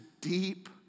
deep